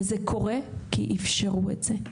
וזה קורה כי אפשרו את זה.